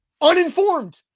uninformed